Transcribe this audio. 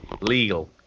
Legal